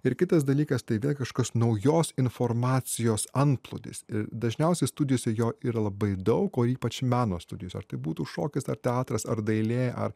ir kitas dalykas tai vėlgi kažkokios naujos informacijos antplūdis dažniausiai studijose jo yra labai daug o ypač meno studijose ar tai būtų šokis ar teatras ar dailė ar